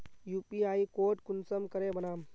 UPI code कुंसम करे बनाम?